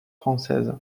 française